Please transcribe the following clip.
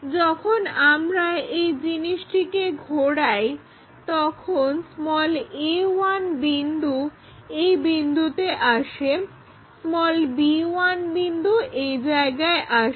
যখন আমরা এই জিনিসটিকে ঘোরাই তখন a1 বিন্দু এই বিন্দুতে আসে b1 বিন্দু এই জায়গায় আসে